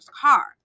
car